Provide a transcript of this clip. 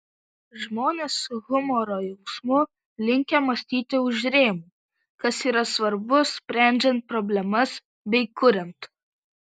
žmonės su humoro jausmu linkę mąstyti už rėmų kas yra svarbu sprendžiant problemas bei kuriant